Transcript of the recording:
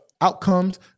outcomes